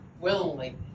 willingly